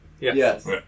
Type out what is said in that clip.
Yes